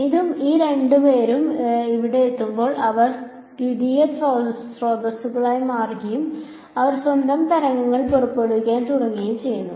ഇതും ഈ രണ്ടുപേരും ഇവിടെ എത്തുമ്പോൾ അവർ ദ്വിതീയ സ്രോതസ്സുകളായി മാറുകയും അവർ സ്വന്തം തരംഗങ്ങൾ പുറപ്പെടുവിക്കാൻ തുടങ്ങുകയും ചെയ്യുന്നു